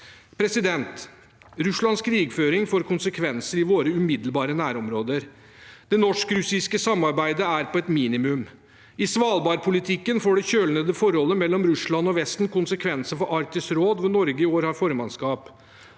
Russlands krigføring får konsekvenser i våre umiddelbare nærområder. Det norsk-russiske samarbeidet er på et minimum. I svalbardpolitikken får det kjølnede forholdet mellom Russland og Vesten konsekvenser for Arktisk råd, hvor Norge i år har formannskapet.